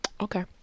Okay